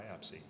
biopsy